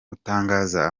gutangaza